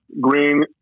green